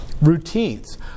routines